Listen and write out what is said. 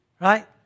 Right